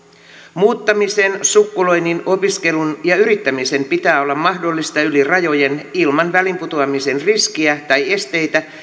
muuttamisen sukkuloinnin opiskelun ja yrittämisen pitää olla mahdollista yli rajojen ilman väliinputoamisen riskiä tai esteitä